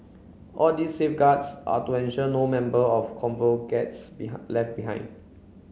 all these safeguards are to ensure no member of the convoy gets left behind